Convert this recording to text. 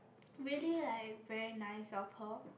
really like very nice of her